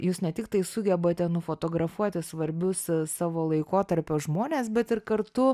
jūs ne tiktai sugebate nufotografuoti svarbius savo laikotarpio žmones bet ir kartu